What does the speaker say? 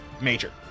Major